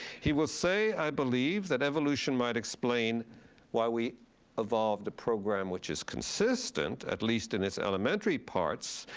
he will say i believe that evolution might explain why we evolved a program which is consistent, at least in its elementary parts,